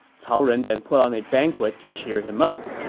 cao ren then put on a banquet to cheer him up,